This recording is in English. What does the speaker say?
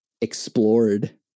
explored